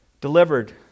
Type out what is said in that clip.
delivered